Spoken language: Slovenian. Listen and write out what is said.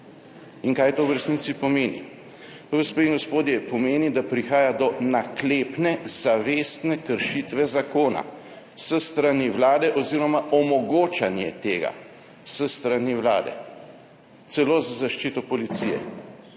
In kaj to v resnici pomeni? To, gospe in gospodje, pomeni, da prihaja do naklepne, zavestne kršitve zakona s strani Vlade oziroma omogočanje tega s strani Vlade celo z zaščito policije.